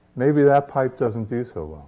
maybe that pipe doesn't do so well.